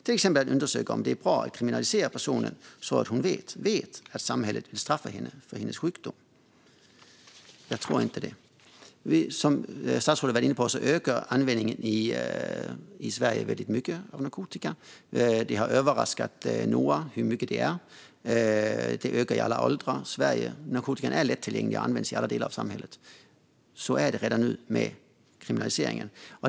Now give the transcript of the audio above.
Är det bra att kriminalisera personen så att hon vet att samhället vill straffa henne för hennes sjukdom? Jag tror inte det. Statsrådet var inne på att användningen av narkotika i Sverige ökar. Det har överraskat Noa, och användningen ökar i alla åldrar. Narkotikan är lättillgänglig i Sverige och används i all delar av samhället. Så är det redan nu med kriminaliseringen.